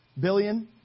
billion